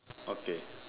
okay